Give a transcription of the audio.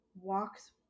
walks